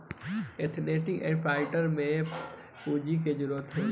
ethnic entrepreneurship में पूंजी के जरूरत होला